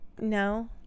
no